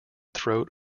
throat